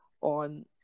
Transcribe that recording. on